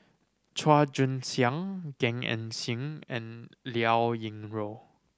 Chua Joon Siang Gan Eng Seng and Liao Yingru